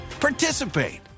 participate